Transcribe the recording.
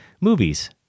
movies